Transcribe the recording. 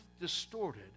distorted